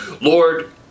Lord